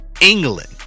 England